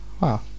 Wow